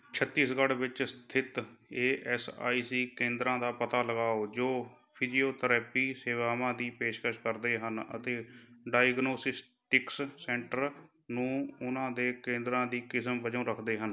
ਛੱਤੀਸਗੜ੍ਹ ਵਿੱਚ ਸਥਿਤ A S I C ਕੇਂਦਰਾਂ ਦਾ ਪਤਾ ਲਗਾਓ ਜੋ ਫਿਜ਼ੀਓਥੈਰੇਪੀ ਸੇਵਾਵਾਂ ਦੀ ਪੇਸ਼ਕਸ਼ ਕਰਦੇ ਹਨ ਅਤੇ ਡਾਇਗਨੌਸਟਿਕਸ ਸੈਂਟਰ ਨੂੰ ਉਹਨਾਂ ਦੇ ਕੇਂਦਰਾਂ ਦੀ ਕਿਸਮ ਵਜੋਂ ਰੱਖਦੇ ਹਨ